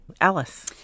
Alice